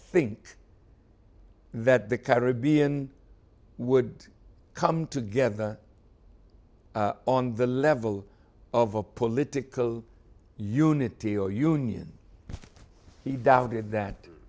think that the caribbean would come together on the level of a political unity or union he doubted that